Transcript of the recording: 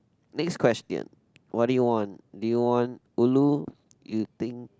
next question what do you want do you want ulu you think